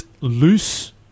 loose